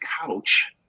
couch